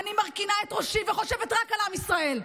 אני מרכינה את ראשי וחושבת רק על עם ישראל,